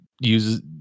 uses